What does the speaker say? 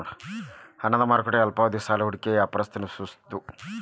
ಹಣದ ಮಾರುಕಟ್ಟೆ ಅಲ್ಪಾವಧಿ ಸಾಲ ಹೂಡಿಕೆಯೊಳಗ ವ್ಯಾಪಾರನ ಸೂಚಿಸ್ತದ